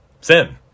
Sin